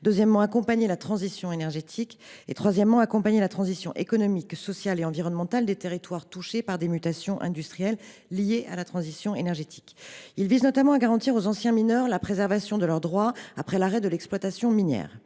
deuxièmement, accompagner la transition énergétique ; troisièmement, accompagner la transition économique, sociale et environnementale des territoires touchés par des mutations industrielles liées à la transition énergétique. Il vise notamment à garantir aux anciens mineurs la préservation de leurs droits après l’arrêt de l’exploitation minière.